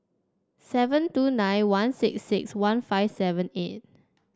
seven two nine one six six one five seven eight